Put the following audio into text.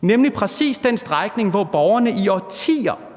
nemlig præcis den strækning, hvor borgerne i årtier